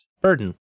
burden